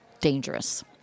dangerous